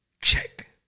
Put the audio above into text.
Check